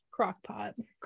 Crockpot